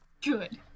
good